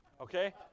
okay